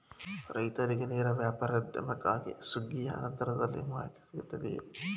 ರೈತರಿಗೆ ನೇರ ವ್ಯಾಪಾರೋದ್ಯಮಕ್ಕಾಗಿ ಸುಗ್ಗಿಯ ನಂತರದಲ್ಲಿ ಮಾಹಿತಿ ಸಿಗುತ್ತದೆಯೇ?